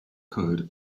code